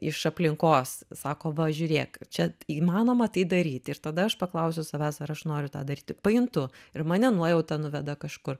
iš aplinkos sako va žiūrėk čia įmanoma tai daryt ir tada aš paklausiu savęs ar aš noriu tą daryti pajuntu ir mane nuojauta nuveda kažkur